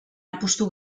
apustu